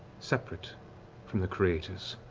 separate from the creators.